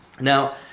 Now